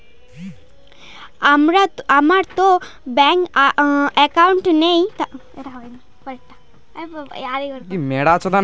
আমারতো bank account নেই তাহলে কি কি বারকোড স্ক্যান করে টাকা পাঠাতে পারি?